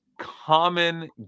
common